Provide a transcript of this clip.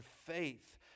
faith